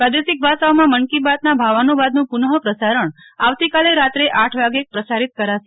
પ્રાદેશિક ભાષાઓમાં મન કી બાતના ભાવાનુવાદનું પુનઃપસારણ આ વતીકાલે રાત્રે આઠ વાગ્યે કરાશ